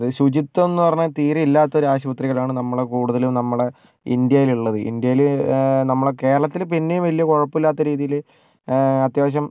ശുചിത്വം എന്ന് പറഞ്ഞാൽ തീരെ ഇല്ലാത്ത ഒരു ആശുപത്രികളാണ് നമ്മളെ കുടുതലും നമ്മളുടെ ഇന്ത്യയിലുള്ളത് ഇന്ത്യയില് ഏ നമ്മളുടെ കേരളത്തില് പിന്നെയും വലിയ കുഴപ്പം ഇല്ലാത്ത രീതിയില് അത്യാവശ്യം